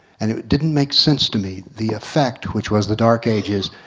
and it didn't make sense to me. the effect, which was the dark ages,